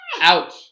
Ouch